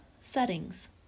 settings